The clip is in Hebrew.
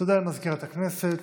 תודה למזכירת הכנסת.